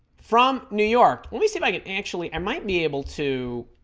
from new york let me see if i get actually i might be able to